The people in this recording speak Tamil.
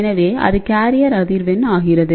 எனவே அது கேரியர் அதிர்வெண் ஆகிறது